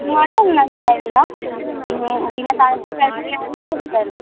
മഴ ഒന്നും നനഞ്ഞിട്ടുണ്ടായിരുന്നില്ല മ് പിന്നെ തണുത്തതായിട്ട് ഒരു ലൈം കുടിച്ചായിരുന്നു